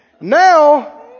Now